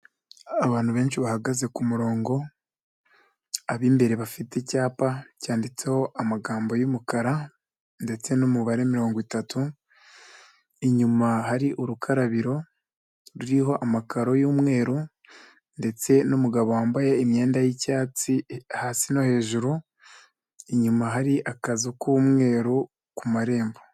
Abantu benshi bahagaze ku murongo ab'imbere bafite icyapa cyanditseho amagambo y'umukara ndetse n'umubare mirongo itatu, inyuma hari urukarabiro ruriho amakaro y'umweru ndetse n'umugabo wambaye imyenda y'icyatsi hasi no hejuru, inyuma hari akazu k'umweru ku marembo.